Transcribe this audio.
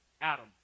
Adam